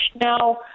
Now